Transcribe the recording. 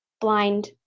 blind